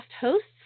hosts